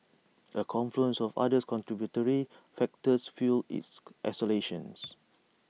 A confluence of other contributory factors fuelled its escalation